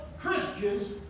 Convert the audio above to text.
Christians